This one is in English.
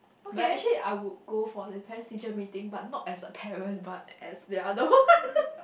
but actually I would go for the Parents teacher meeting but not as the parent but as the other one